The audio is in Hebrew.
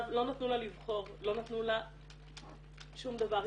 לא נתנו לה לבחור, לא נתנו לה שום דבר.